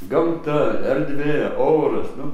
gamta erdvė oras nu